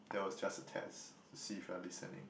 that was just a test to see if you're listening